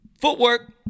Footwork